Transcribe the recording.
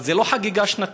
אבל זה לא חגיגה שנתית,